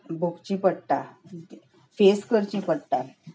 भोगची पडटात फेस करचीं पडटात